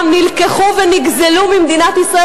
וכמעט עשירית מהם נלקחו ונגזלו ממדינת ישראל